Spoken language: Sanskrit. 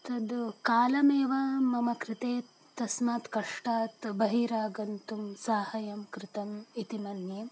तद् कालमेव मम कृते तस्मात् कष्टात् बहिरागन्तुं सहायं कृतम् इति मन्ये